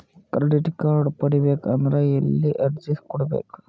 Credit card ಪಡಿಬೇಕು ಅಂದ್ರ ಎಲ್ಲಿ ಅರ್ಜಿ ಕೊಡಬೇಕು?